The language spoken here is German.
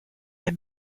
der